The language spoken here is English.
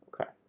Okay